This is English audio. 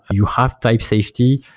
you have type safety.